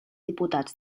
diputats